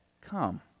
come